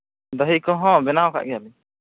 ᱫᱷᱟᱹᱦᱤ ᱠᱚ ᱦᱚᱸ ᱵᱮᱱᱟᱣ ᱠᱟᱜ ᱜᱮᱭᱟᱞᱤᱧ